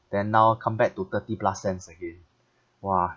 then now come back to thirty plus cents again !wah!